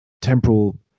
temporal